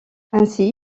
ainsi